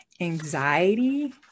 anxiety